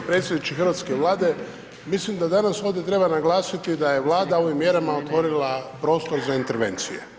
G. predsjedniče hrvatske Vlade, mislim da danas ovdje treba naglasiti da je Vlada ovim mjerama otvorila prostor za intervencije.